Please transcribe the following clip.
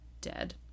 dead